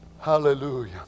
Hallelujah